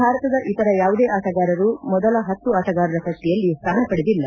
ಭಾರತದ ಇತರ ಯಾವುದೇ ಆಟಗಾರರು ಮೊದಲ ಹತ್ತು ಆಟಗಾರರ ಪಟ್ಟಿಯಲ್ಲಿ ಸ್ವಾನ ಪಡೆದಿಲ್ಲ